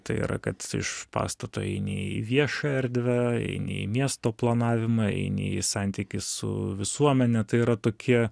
tai yra kad iš pastato eini į viešąją erdvę eini į miesto planavimą eini į santykį su visuomene tai yra tokie